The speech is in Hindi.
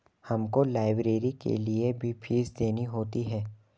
हमको लाइब्रेरी के लिए भी फीस देनी होती है